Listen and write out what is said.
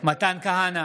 מתן כהנא,